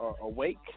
awake